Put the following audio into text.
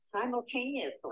simultaneously